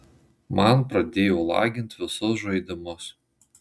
man pradėjo lagint visus žaidimus